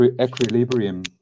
Equilibrium